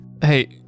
Hey